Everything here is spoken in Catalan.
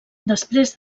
després